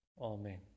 Amen